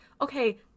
okay